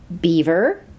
Beaver